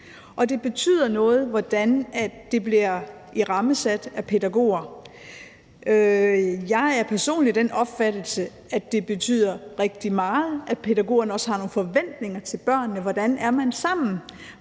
Og det betyder noget, hvordan det bliver irammesat af pædagoger. Jeg er personligt af den opfattelse, at det betyder rigtig meget, at pædagogerne også har nogle forventninger til børnene, i forhold til hvordan